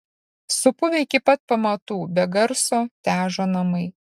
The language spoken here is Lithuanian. supuvę iki pat pamatų be garso težo namai